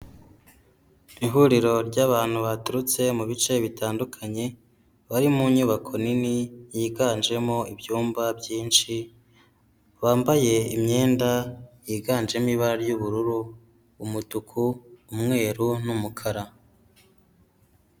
Ihuriro ry'abantu baturutse mu bice bitandukanye bari mu nyubako nini yiganjemo ibyumba byinshi, bambaye imyenda yiganjemo ibara ry'ubururu, umutuku, umweru n'umukara.